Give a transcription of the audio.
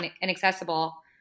inaccessible